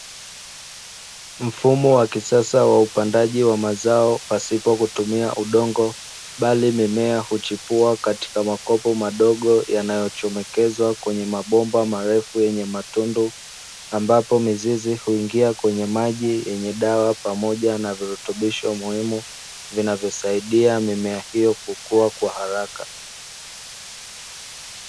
Mfumo wa kisasa wa upandaji wa mazao pasipo kutumia udongo, bali mimea huchipua katika makopo madogo yanayochomekezwa kwenye mabomba marefu yenye matundu, ambapo mizizi huingia kwenye maji yenye dawa pamoja na virutubisho muhimu vinavyosaidia mimea hiyo kukua kwa haraka.